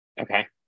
Okay